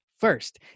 First